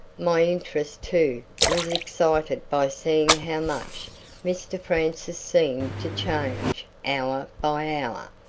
my interest, too, was excited by seeing how much mr francis seemed to change hour by hour,